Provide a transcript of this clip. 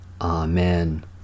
Amen